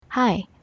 Hi